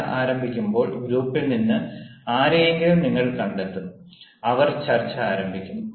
ചർച്ച ആരംഭിക്കുമ്പോൾ ഗ്രൂപ്പിൽ നിന്ന് ആരെയെങ്കിലും നിങ്ങൾ കണ്ടെത്തും അവർ ചർച്ച ആരംഭിക്കും